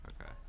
Okay